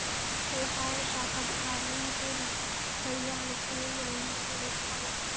యవసాయ శాఖ అధికారులు ఈ తూరి టైయ్యానికి నీళ్ళు అందించనే లేకపాయె